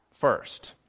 first